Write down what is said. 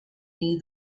near